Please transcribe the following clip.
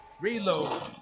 Reload